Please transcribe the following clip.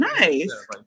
nice